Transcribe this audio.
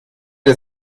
der